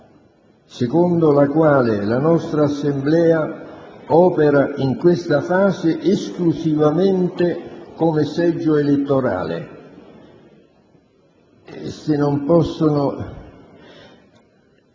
secondo la quale la nostra Assemblea opera in questa fase esclusivamente come seggio elettorale. Essa non può